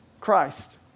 Christ